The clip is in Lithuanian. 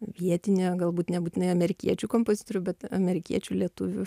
vietinė galbūt nebūtinai amerikiečių kompozitorių bet amerikiečių lietuvių